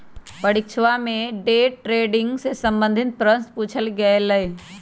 परीक्षवा में day trading से संबंधित प्रश्न पूछल गय लय